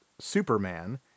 superman